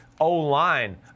O-line